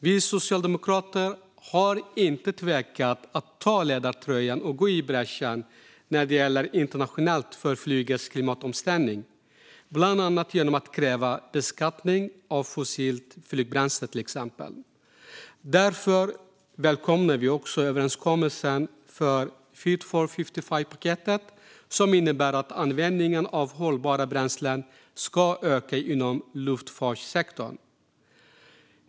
Vi socialdemokrater har inte tvekat att ta ledartröjan och gå i bräschen internationellt när det gäller flygets klimatomställning, till exempel genom att kräva beskattning av fossilt flygbränsle. Därför välkomnar vi också Fit for 55-paketet som innebär att användningen av hållbara bränslen ska öka inom luftfartssektorn.